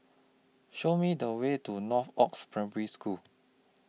Show Me The Way to Northoaks Primary School